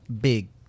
big